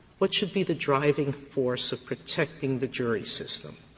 what should be the driving force of protecting the jury system?